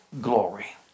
glory